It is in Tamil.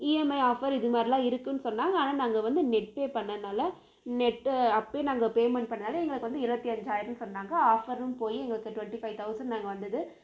இஎம்ஐ ஆஃபர் இதுமாதிரிலாம் இருக்குதுன்னு சொன்னாங்க ஆனால் நாங்கள் வந்து நெட் பே பண்ணனால் நெட்டு அப்பவே நாங்கள் பேமெண்ட் பண்ணதுனால் எங்களுக்கு வந்து இருபத்தி அஞ்சாயிரன்னு சொன்னாங்க ஆஃபரும் போய் எங்களுக்கு ட்வெண்ட்டி ஃபைவ் தௌசண்ட் தாங்க வந்தது